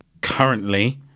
currently